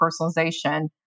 personalization